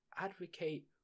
Advocate